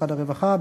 משרד הרווחה,